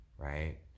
Right